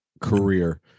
career